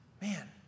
man